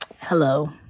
hello